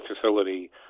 facility